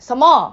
什么